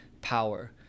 power